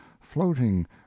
floating